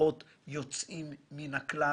כוחות יוצאים מן הכלל